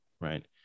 right